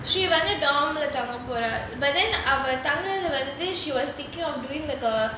she வந்துடோம்ல தங்க போறா:vanthutomla thanga pora but then அவ தங்குறது வந்து:ava thangurathu vanthu she was thinking of doing like a